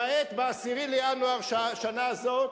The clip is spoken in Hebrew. למעט ב-10 בינואר שנה זו,